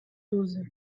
douze